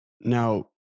Now